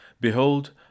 Behold